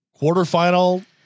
quarterfinal